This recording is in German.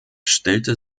stellte